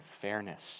fairness